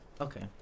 Okay